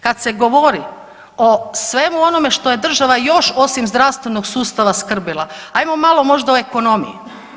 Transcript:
Kad se govori o svemu onome što je država još, osim zdravstvenog sustava skrbila, ajmo malo možda o ekonomiji.